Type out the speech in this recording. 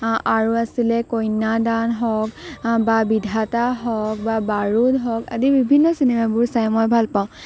আৰু আছিলে কন্যাদান হওক বা বিধাতা হওক বা বাৰুণ হওক আদি বিভিন্ন চিনেমাবোৰ চাই মই ভাল পাওঁ